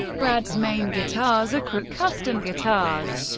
brad's main guitars are crook custom guitars.